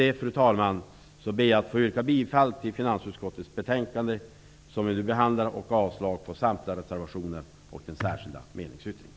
Med det anförda ber jag att få yrka bifall till hemställan i det betänkande från finansutskottet som vi nu behandlar och avslag på samtliga reservationer och den särskilda meningsyttringen.